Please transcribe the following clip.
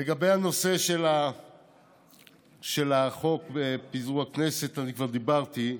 לגבי הנושא של חוק פיזור הכנסת אני כבר דיברתי.